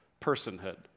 personhood